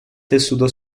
tessuto